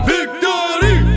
Victory